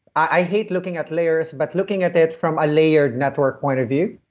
i hate looking at layers, but looking at it from a layered network point of view.